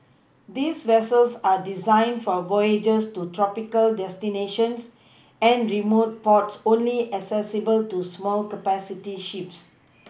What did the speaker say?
these vessels are designed for voyages to tropical destinations and remote ports only accessible to small capacity ships